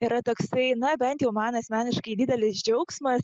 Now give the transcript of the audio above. yra toksai na bent jau man asmeniškai didelis džiaugsmas